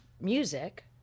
music—